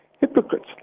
Hypocrites